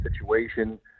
situation